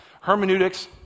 Hermeneutics